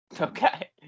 Okay